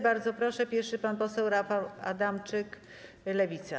Bardzo proszę, pierwszy pan poseł Rafał Adamczyk, Lewica.